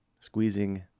Squeezing